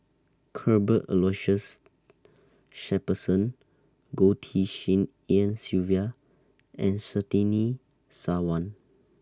Cuthbert Aloysius Shepherdson Goh Tshin En Sylvia and Surtini Sarwan